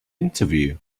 interview